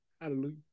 Hallelujah